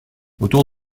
autour